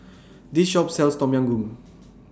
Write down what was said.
This Shop sells Tom Yam Goong